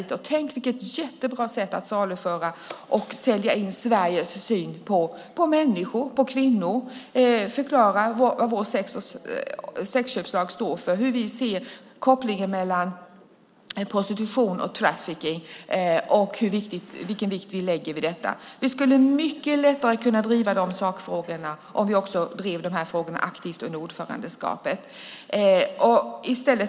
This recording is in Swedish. Tänk vilket jättebra sätt det vore att sälja in Sveriges människo och kvinnosyn och att förklara vad vår sexköpslag står för, hur vi ser på kopplingen mellan prostitution och trafficking och vilken vikt vi lägger vid detta. Vi skulle mycket lättare kunna driva dessa sakfrågor om vi också drev dem aktivt under ordförandeskapet.